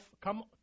come